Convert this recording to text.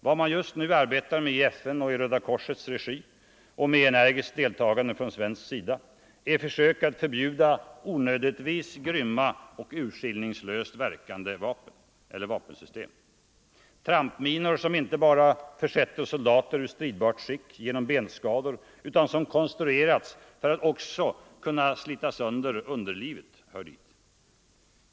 Vad man just nu arbetar med i FN och i Röda korsets regi och med energiskt deltagande från svensk sida är försök att förbjuda ”onödigtvis grymma och urskiljningslöst verkande” vapen eller vapensystem. Trampminor som inte bara försätter soldater ur stridbart skick genom benskador utan som konstruerats för att också kunna slita sönder underlivet hör hit.